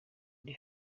ndi